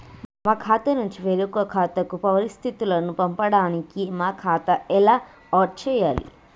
మా ఖాతా నుంచి వేరొక ఖాతాకు పరిస్థితులను పంపడానికి మా ఖాతా ఎలా ఆడ్ చేయాలి?